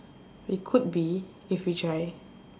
we could be if we try